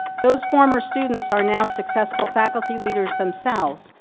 those former students are now successful faculty leaders themselves,